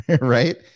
Right